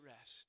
rest